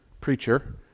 preacher